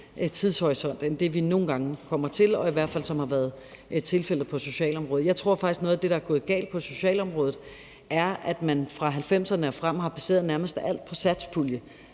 tidshorisont end det, vi nogle gange kommer til, og som i hvert fald har været tilfældet på socialområdet. Jeg tror faktisk, at noget af det, der er gået galt på socialområdet, er, at man fra 1990'erne og frem har baseret nærmest alt på satspulje,